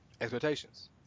Expectations